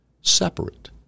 separate